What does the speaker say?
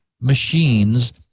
machines